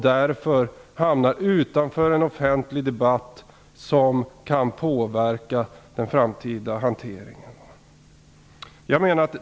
Därmed hamnar de utanför en offentlig debatt som kan påverka den framtida hanteringen.